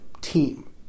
team